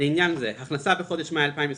"לעניין זה, "הכנסה בחודש מאי 2021"